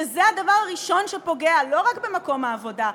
שזה הדבר הראשון שפוגע לא רק במקום העבודה,